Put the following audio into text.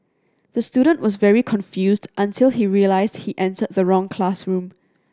the student was very confused until he realised he entered the wrong classroom